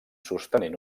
sostenint